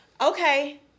Okay